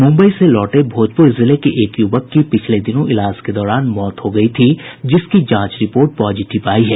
मुम्बई से लौटे भोजपुर जिले के एक युवक की पिछले दिनों इलाज के दौरान मौत हो गयी थी जिसकी जांच रिपोर्ट पॉजिटिव आयी है